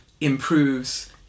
improves